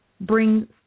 bring